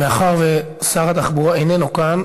מאחר ששר התחבורה איננו כאן,